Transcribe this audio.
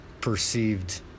perceived